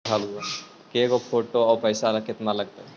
के गो फोटो औ पैसा केतना लगतै?